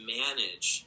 manage